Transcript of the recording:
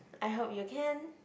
I hope you can